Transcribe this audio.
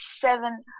seven